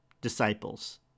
disciples